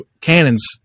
cannons